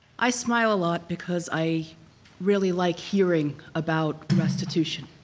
i smile a lot because i really like hearing about restitution.